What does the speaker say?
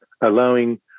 allowing